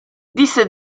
disse